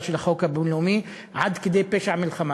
של החוק הבין-לאומי עד כדי פשע מלחמה.